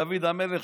דוד המלך,